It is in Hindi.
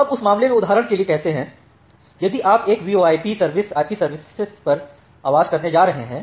अब उस मामले में उदाहरण के लिए कहते हैं यदि आप एक वीओआईपी सर्विस आईपी सर्विसेज पर आवाज करने जा रहे हैं